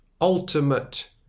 ultimate